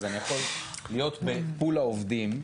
אני יכול להיות בפול העובדים,